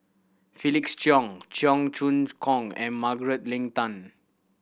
Felix Cheong Cheong Choong Kong and Margaret Leng Tan